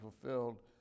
fulfilled